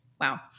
Wow